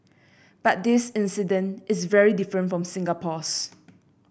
but this incident is very different from Singapore's